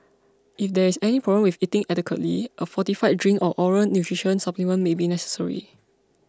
if there is any problem with eating adequately a fortified drink or oral nutrition supplement may be necessary